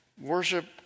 worship